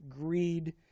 greed